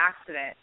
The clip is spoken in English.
accident